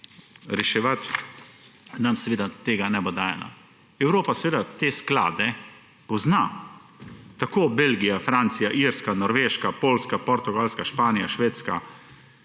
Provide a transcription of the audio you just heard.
reševati, nam seveda tega ne bo dajala. Evropa seveda te sklade pozna, Belgija, Francija, Irska, Norveška, Poljska, Portugalska, Španija, Švedska,